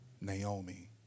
Naomi